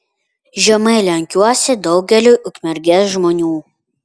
žemai lenkiuosi daugeliui ukmergės žmonių